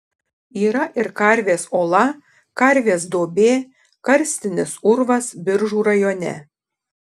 yra ir karvės ola karvės duobė karstinis urvas biržų rajone